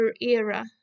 era